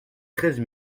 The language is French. treize